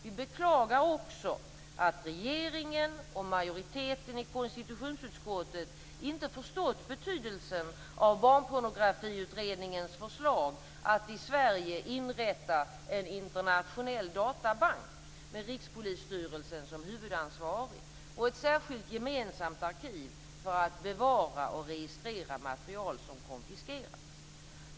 Vi beklagar också att regeringen och majoriteten i konstitutionsutskottet inte förstått betydelsen av Barnpornografiutredningens förslag att i Sverige inrätta en internationell databank med Rikspolisstyrelsen som huvudansvarig och ett särskilt gemensamt arkiv för att bevara och registrera material som konfiskerats.